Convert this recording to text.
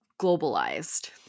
globalized